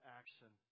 action